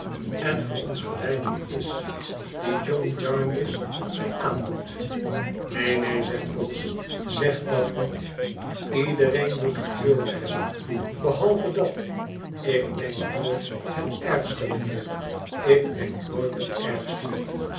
en verongelijking is die john jarndyce mij aandoet neen neen zegt vholes zeg dat niet iedereen moet geduld hebben behalve dat ik denk nooit het ergste mijnheer ik denk nooit het ergste